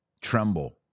tremble